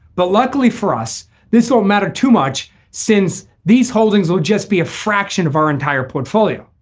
but luckily for us this will matter too much since these holdings will just be a fraction of our entire portfolio.